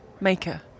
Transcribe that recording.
maker